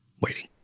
waiting